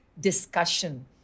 discussion